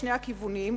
לשני הכיוונים,